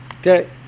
Okay